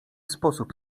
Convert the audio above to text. sposób